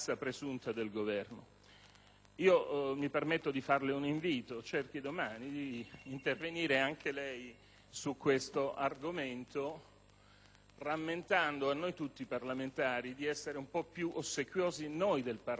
Mi permetto di rivolgerle un invito: domani cerchi di intervenire anche lei su questo argomento, rammentando a noi tutti parlamentari di essere per primi più ossequiosi del Parlamento, perché